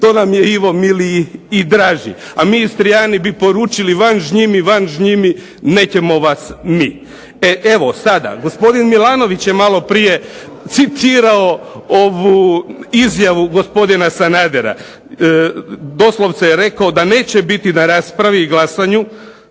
to nam je Ivo miliji i draži. A mi Istrijani bi poručili van ž njim i van ž njimi nećemo vas mi. Evo sada, gospodin Milanović je maloprije citirao ovu izjavu gospodina Sanadera. Doslovce je rekao da neće biti na raspravi i glasanju